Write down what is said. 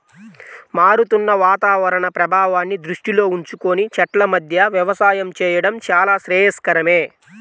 మారుతున్న వాతావరణ ప్రభావాన్ని దృష్టిలో ఉంచుకొని చెట్ల మధ్య వ్యవసాయం చేయడం చాలా శ్రేయస్కరమే